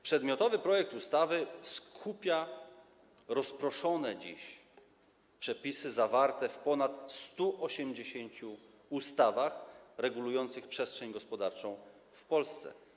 Przedmiotowy projekt ustawy skupia rozproszone dziś przepisy zawarte w ponad 180 ustawach regulujących przestrzeń gospodarczą w Polsce.